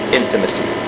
intimacy